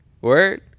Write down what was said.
Word